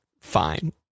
fine